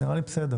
זה נראה לי בסדר.